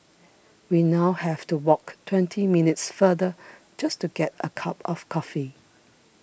we now have to walk twenty minutes farther just to get a cup of coffee